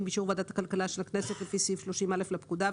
ובאישור ועדת הכלכלה של הכנסת לפי סעיף 30(א) לפקודה,